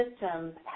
systems